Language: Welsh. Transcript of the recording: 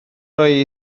roi